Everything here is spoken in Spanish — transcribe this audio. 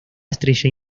estrella